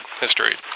history